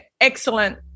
excellent